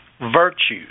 virtues